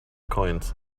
coins